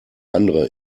andere